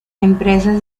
empresas